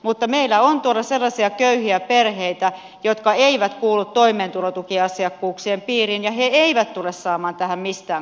mutta meillä on sellaisia köyhiä perheitä jotka eivät kuulu toimeentulotukiasiakkuuksien piiriin ja he eivät tule saamaan tähän mistään kompensaatiota